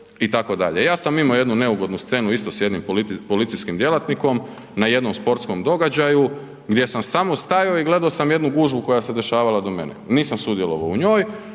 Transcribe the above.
itd. Ja sam imao jednu neugodnu scenu isto sa jednim policijskim djelatnikom na jednom sportskom događaju gdje sam samo stajao i gledao sam jednu gužvu koja se dešavala do mene. Nisam sudjelovao u njoj